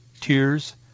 tears